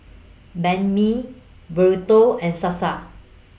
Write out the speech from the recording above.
Banh MI Burrito and Salsa